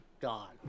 god